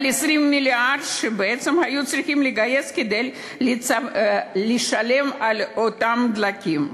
על 20 מיליארד שבעצם היו צריכים לגייס כדי לשלם על אותם דלקים.